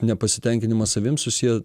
nepasitenkinimas savim susiję